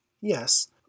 Yes